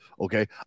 Okay